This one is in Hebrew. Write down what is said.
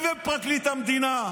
היא ופרקליט המדינה,